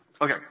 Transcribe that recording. okay